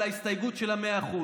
על ההסתייגות של ה-100%,